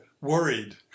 worried